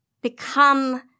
become